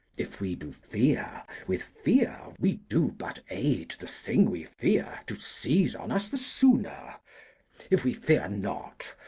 if we do fear, with fear we do but aide the thing we fear to seize on us the sooner if we fear not,